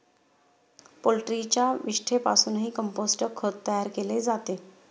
पोल्ट्रीच्या विष्ठेपासूनही कंपोस्ट खत तयार केले जाते